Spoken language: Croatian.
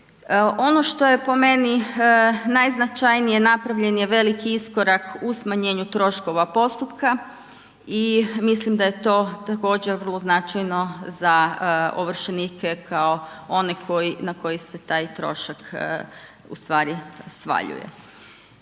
Ono što je po meni najznačajnije, napravljen je veliki iskorak u smanjenju troškova postupka i mislim da je to također vrlo značajno za ovršenike kao one na koji se taj trošak ustvari svaljuje.